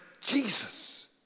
Jesus